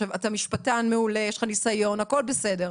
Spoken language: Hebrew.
אתה משפטן מעולה, יש לך ניסיון, הכול בסדר,